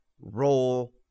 Roll